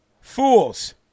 fools